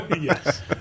Yes